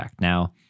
Now